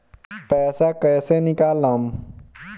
पैसा कैसे निकालम?